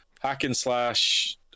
hack-and-slash